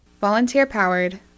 Volunteer-powered